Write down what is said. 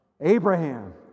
Abraham